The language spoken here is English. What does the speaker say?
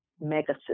mega